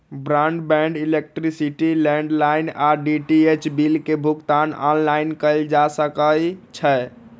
broadband, electricity, landline आऽ DTH bill के भुगतान ऑनलाइन कएल जा सकइ छै